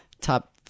top